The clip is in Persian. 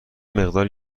مقداری